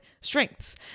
strengths